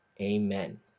Amen